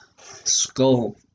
skull